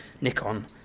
Nikon